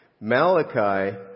Malachi